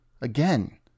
Again